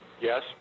Yes